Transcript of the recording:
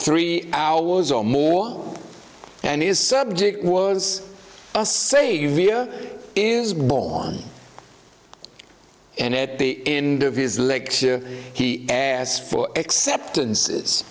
three hours or more and is subject was a say via is born and at the end of his legs he asked for acceptance is